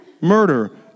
murder